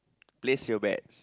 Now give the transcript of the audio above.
place your bets